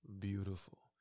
beautiful